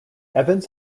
evans